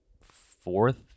fourth